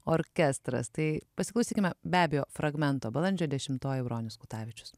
orkestras tai pasiklausykime be abejo fragmento balandžio dešimtoji bronius kutavičius